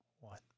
one